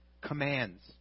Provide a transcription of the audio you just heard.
commands